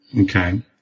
Okay